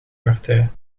partij